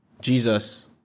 Jesus